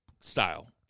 style